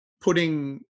putting